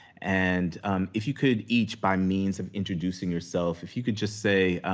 and if you could each by means of introducing yourself, if you could just say